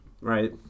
Right